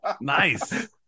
Nice